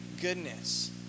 goodness